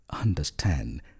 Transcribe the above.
understand